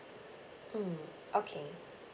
mm okay